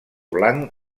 blanc